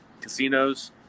casinos